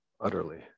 utterly